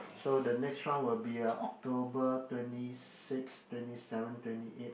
so the next round will be uh October twenty six twenty seven twenty eight